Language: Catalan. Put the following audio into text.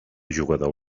jugador